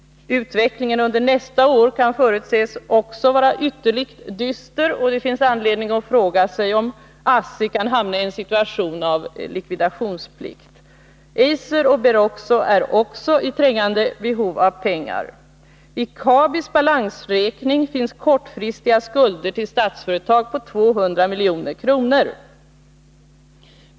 Utvecklingen under nästa år kan också förutses bli ytterligt dyster, och det finns anledning att fråga sig om ASSI kan hamna i en situation som innebär likvidationsplikt. Eiser och Beroxo är också i trängande behov av pengar. I KABI:s balansräkning finns kortfristiga skulder till Statsföretag på 200 milj.kr.